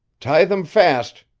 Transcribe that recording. tie them fast,